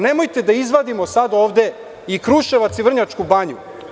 Nemojte da izvadimo ovde sada i Kruševac i Vrnjačku banju.